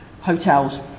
hotels